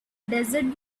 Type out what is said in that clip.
desert